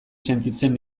sentitzen